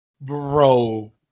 Bro